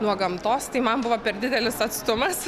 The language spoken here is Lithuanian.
nuo gamtos tai man buvo per didelis atstumas